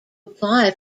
apply